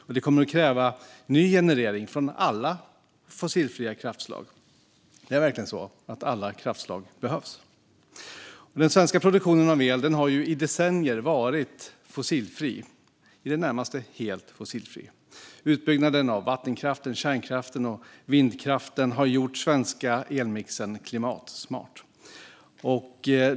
Och det kommer att kräva ny generering från alla fossilfria kraftslag. Det är verkligen så att alla kraftslag behövs. Den svenska produktionen av el har i decennier varit i det närmaste helt fossilfri. Utbygganden av vattenkraften, kärnkraften och vindkraften har gjort den svenska elmixen klimatsmart.